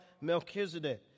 Melchizedek